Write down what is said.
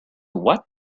what